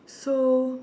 so